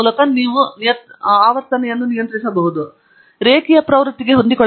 ನೀವು ರೇಖೀಯ ಪ್ರವೃತ್ತಿಗೆ ಹೊಂದಿಕೊಳ್ಳಬಹುದು